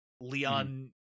Leon